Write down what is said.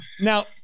Now